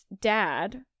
dad